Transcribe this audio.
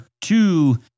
two